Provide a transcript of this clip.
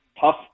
tough